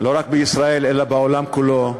לא רק בישראל אלא בעולם כולו,